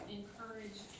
encourage